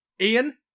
Ian